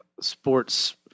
sports